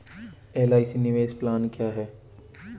LIC निवेश plan क्या है?